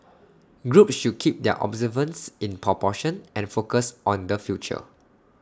groups should keep their observances in proportion and focused on the future